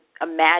imagine